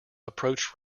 approached